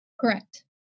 Correct